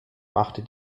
machte